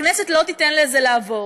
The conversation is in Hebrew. הכנסת לא תיתן לזה לעבור.